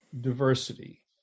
diversity